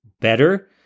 better